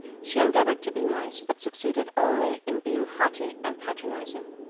she endeavored to be nice, but succeeded only in being haughty and patronizing.